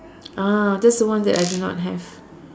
ah that's the one that I do not have